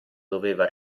doveva